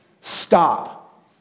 stop